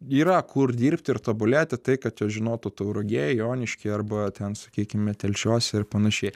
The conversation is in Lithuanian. yra kur dirbti ir tobulėti tai kad jos žinotų tauragėje joniškyje arba ten sakykime telšiuose ir panašiai